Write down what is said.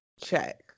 Check